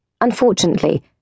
Unfortunately